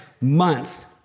month